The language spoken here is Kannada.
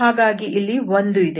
ಹಾಗಾಗಿ ಇಲ್ಲಿ 1 ಇದೆ